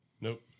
Nope